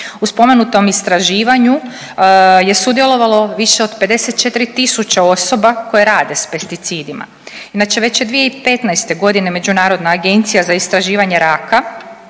U spomenutom istraživanju je sudjelovalo više od 54.000 osoba koje rade s pesticidima. Inače već je 2015. godine Međunarodna agencija za istraživanje raka